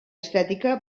estètica